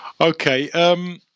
Okay